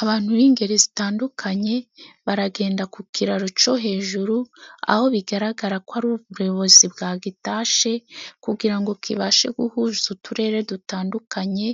Abantu b'ingeri zitandukanye baragenda ku kiraro co hejuru, aho bigaragara ko ari ubuyobozi bwagitashe, kugirango ngo kibashe guhuza uturere dutandukanye,